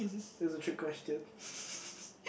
is a trick question